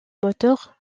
moteur